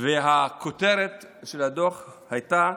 וכותרת הדוח הייתה: